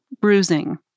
bruising